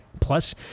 Plus